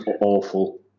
awful